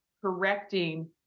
correcting